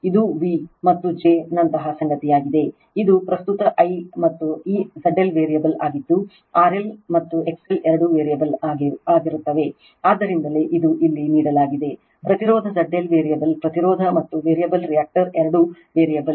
ಇದು v ನಂತಹ ಸಂಗತಿಯಾಗಿದೆ ಇದು ಪ್ರಸ್ತುತ I ಮತ್ತು ಈ ZL ವೇರಿಯಬಲ್ ಆಗಿದ್ದುRL ಮತ್ತು XL ಎರಡೂ ವೇರಿಯಬಲ್ ಆಗಿರುತ್ತವೆ ಆದ್ದರಿಂದಲೇ ಅದು ಇಲ್ಲಿ ನೀಡಲಾಗಿದೆ ಪ್ರತಿರೋಧ ZL ವೇರಿಯಬಲ್ ಪ್ರತಿರೋಧ ಮತ್ತು ವೇರಿಯಬಲ್ ರಿಯಾಕ್ಟರ್ ಎರಡೂ ವೇರಿಯಬಲ್